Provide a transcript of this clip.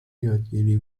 یادگیری